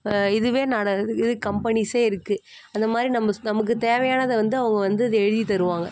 இதுவே நட இது கம்பெனிஸே இருக்குது அந்த மாதிரி நம்ம நமக்கு தேவையானதை வந்து அவங்க வந்து இது எழுதி தருவாங்க